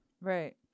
Right